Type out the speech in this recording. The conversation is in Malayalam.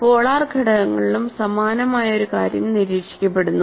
പോളാർ ഘടകങ്ങളിലും സമാനമായ ഒരു കാര്യം നിരീക്ഷിക്കപ്പെടുന്നു